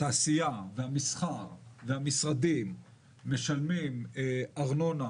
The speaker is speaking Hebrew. שהתעשייה והמסחר והמשרדים משלמים ארנונה